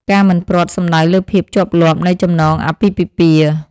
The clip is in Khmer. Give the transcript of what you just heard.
ការមិនព្រាត់ សំដៅលើភាពជាប់លាប់នៃចំណងអាពាហ៍ពិពាហ៍។